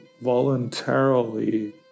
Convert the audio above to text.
voluntarily